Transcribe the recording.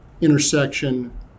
intersection